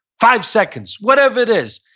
five seconds. whatever it is,